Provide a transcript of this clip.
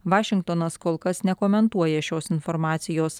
vašingtonas kol kas nekomentuoja šios informacijos